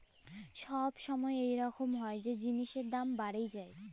ছব ছময় ইরকম হ্যয় যে জিলিসের দাম বাড়্হে যায়